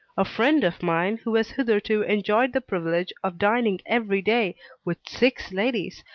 a friend of mine, who has hitherto enjoyed the privilege of dining every day with six ladies,